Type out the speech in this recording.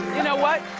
you know what,